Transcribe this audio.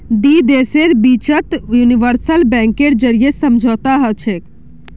दी देशेर बिचत यूनिवर्सल बैंकेर जरीए समझौता हछेक